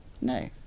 No